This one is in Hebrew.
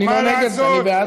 אני לא נגד, אני בעד.